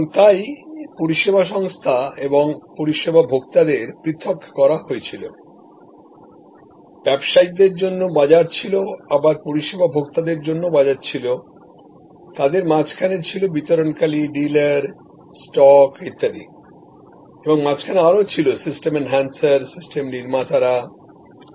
এবং তাই পরিষেবা সংস্থা এবং পরিষেবা ভোক্তাদের পৃথক করা হয়েছিল ব্যবসায়িকদের জন্য বাজার ছিল আবার পরিষেবা ভোক্তাদের জন্যও আলাদা বাজার ছিল এবং তাদের মাঝখানে ছিল ডিস্ট্রিবিউটর ডিলার স্টক ইত্যাদি এবং মাঝখানে আরো ছিল সিস্টেম এনহ্যানসার সিস্টেম বিল্ডার্স